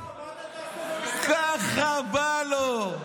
ככה בא לו.